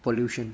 pollution